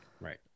Right